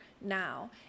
now